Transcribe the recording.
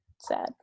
sad